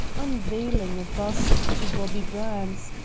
unveiling a bust to bobby burns,